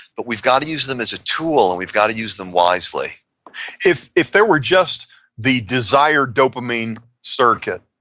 but we've got to use them as a tool, and we've got to use them wisely if if there were just the desire dopamine circuit,